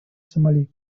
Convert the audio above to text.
сомали